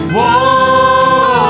Whoa